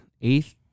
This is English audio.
eighth